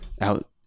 out